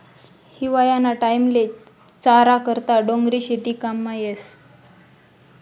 हिवायाना टाईमले चारा करता डोंगरी शेती काममा येस